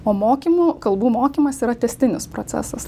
o mokymų kalbų mokymas yra tęstinis procesas